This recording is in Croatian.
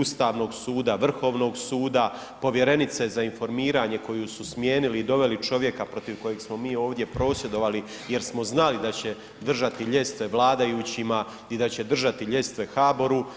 Ustavnog suda, Vrhovnog suda, Povjerenice za informiranje koju su smijenili i doveli čovjeka protiv kojeg smo mi ovdje prosvjedovali jer smo znali da će držati ljestve vladajućima i da će držati ljestve HBOR-u.